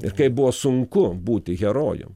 ir kaip buvo sunku būti herojum